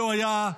היה היה,